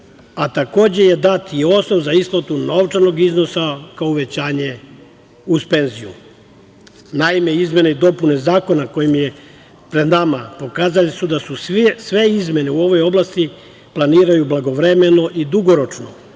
a takođe je dat i osnov za isplatu novčanog iznosa kao uvećanje uz penziju. Naime, izmene i dopune Zakona koji je pred nama, pokazale su da su sve izmene u ovoj oblasti, da se planiraju blagovremeno i dugoročno,